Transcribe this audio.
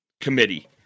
Committee